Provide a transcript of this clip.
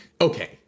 okay